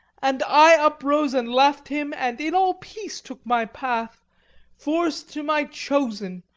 and i uprose and left him, and in all peace took my path force to my chosen,